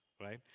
right